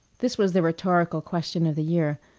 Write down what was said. this was the rhetorical question of the year.